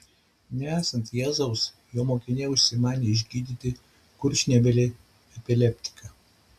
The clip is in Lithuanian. nesant jėzaus jo mokiniai užsimanė išgydyti kurčnebylį epileptiką